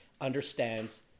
understands